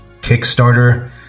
Kickstarter